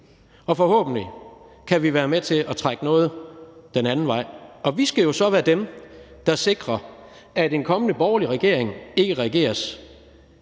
og forhåbentlig kan vi være med til at trække noget den anden vej. Og vi skal jo så være dem, der sikrer, at en kommende borgerlig regering ikke regeres